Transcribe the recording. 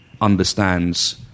understands